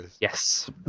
Yes